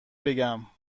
بگم